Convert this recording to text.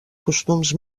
costums